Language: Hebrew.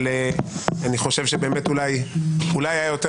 אבל אני חושב שבאמת אולי היה יותר